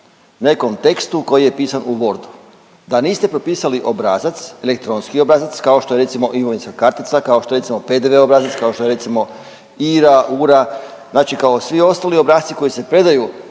nekom tekstu koji je pisan u wordu, da niste propisali obrazac, elektronski obrazac kao što je recimo imovinska kartica, kao što je recimo PDV obrazac, kao što je recimo IRA, URA, znači kao svi ostali obrasci koji se predaju